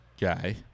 guy